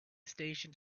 station